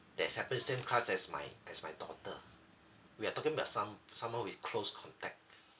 that's happened same class as my as my daughter we are talking about some someone with close contact